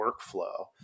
workflow